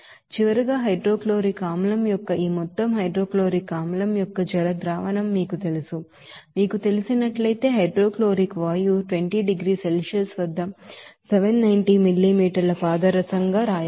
చివరగా hydrochloric acid యొక్క ఈ మొత్తం హైడ్రోక్లోరిక్ ఆసిడ్ యొక్క అక్యూఔస్ సొల్యూషన్ మీకు తెలుసు మీకు తెలిసినట్లయితే హైడ్రోక్లోరిక్ వాయువు 20 డిగ్రీల సెల్సియస్ వద్ద 790 మిల్లీమీటర్ల మెర్క్యూరీపాదరసం